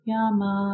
Yama